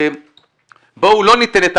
"בואו לא ניתן",